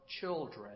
children